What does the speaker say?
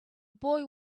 boy